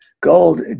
gold